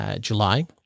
July